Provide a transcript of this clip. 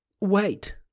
wait